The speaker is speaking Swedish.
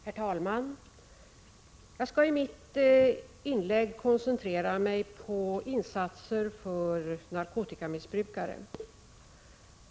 Herr talman! Jag skall i mitt inlägg koncentrera mig på insatser för narkotikamissbrukare.